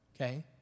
Okay